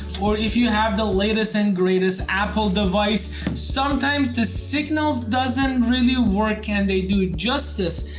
or if you have the latest and greatest apple device sometimes the signals doesn't really work and they do justice.